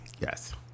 Yes